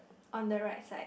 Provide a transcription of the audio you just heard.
on the right side